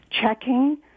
checking